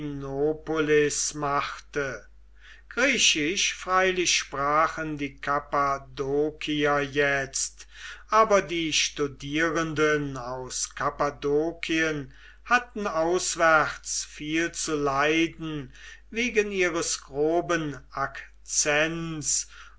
machte griechisch freilich sprachen die kappadokier jetzt aber die studierenden aus kappadokien hatten auswärts viel zu leiden wegen ihres groben